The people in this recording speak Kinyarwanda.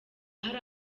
hari